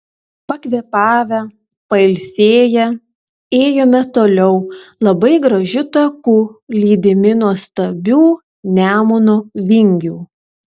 pakvėpavę pailsėję ėjome toliau labai gražiu taku lydimi nuostabių nemuno vingių